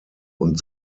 und